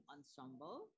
Ensemble